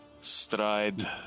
stride